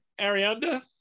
arianda